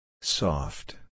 Soft